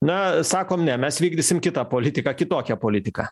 na sakom ne mes vykdysim kitą politiką kitokią politiką